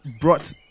brought